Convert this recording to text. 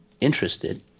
interested